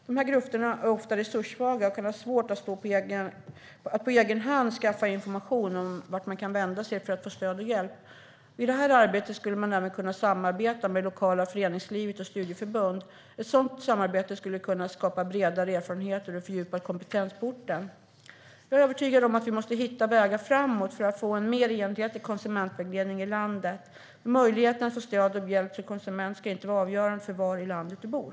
Dessa grupper är ofta resurssvaga och kan ha svårt att på egen hand skaffa information om vart man kan vända sig för att få stöd och hjälp. I detta arbete skulle man även kunna samarbeta med det lokala föreningslivet och studieförbunden. Ett sådant samarbete skulle kunna skapa bredare erfarenheter och fördjupad kompetens på orten. Jag är övertygad om att vi måste hitta vägar framåt för att få en mer enhetlig konsumentvägledning i landet. Möjligheten att få stöd och hjälp som konsument ska inte avgöras av var i landet man bor.